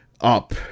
Up